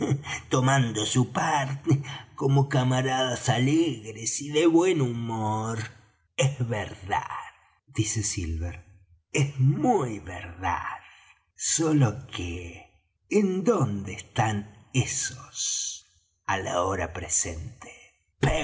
tomando su parte como camaradas alegres y de buen humor es verdad dice silver es muy verdad sólo que en donde están esos á la hora presente